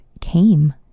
came